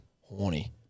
Horny